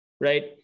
right